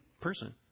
person